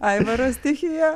aivaro stichija